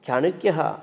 चाणक्यः